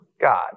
God